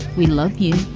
we love you.